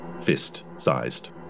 fist-sized